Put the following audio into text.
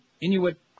Inuit